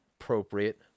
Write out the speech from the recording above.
appropriate